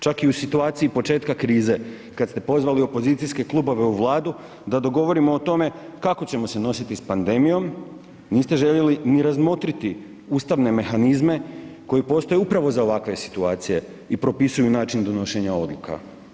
Čak i u situaciji početka krize kad ste pozvali opozicijske klubove u vladu da dogovorimo o tome kako ćemo se nositi s pandemijom, niste željeli ni razmotriti ustavne mehanizme koji postoje upravo za ovakve situacije i propisuju način donošenja odluka.